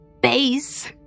Base